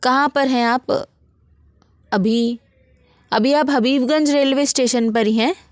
कहाँ पर है आप अभी अभी आप हबीबगंज रेलवे स्टेशन पर ही है